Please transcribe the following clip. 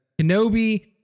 Kenobi